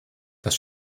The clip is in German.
das